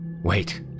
Wait